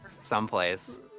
someplace